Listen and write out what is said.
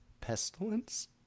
Pestilence